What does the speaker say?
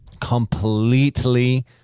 completely